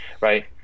right